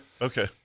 Okay